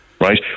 right